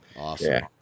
Awesome